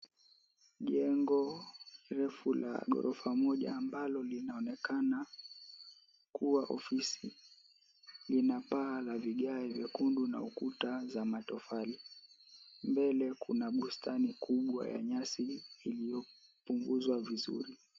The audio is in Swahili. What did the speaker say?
Jengo refu la ghorofa moja ambalo linaonekana kuwa ofisi lina paa la vigae vyekundu na ukuta za matofali. Mbele kuna bustani kubwa ya nyasi iliyopunguzwa vizuri.